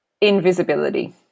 invisibility